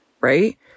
right